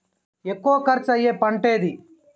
ఎక్కువ ఖర్చు అయ్యే పంటేది?